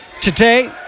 today